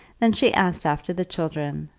then she asked after the children,